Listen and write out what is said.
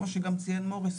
כמו שגם ציין מוריס,